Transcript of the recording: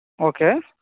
okay